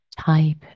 type